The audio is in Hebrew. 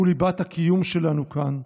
הוא ליבת הקיום שלנו כאן,